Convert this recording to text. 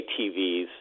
TVs